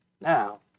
now